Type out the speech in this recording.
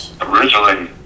Originally